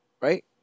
right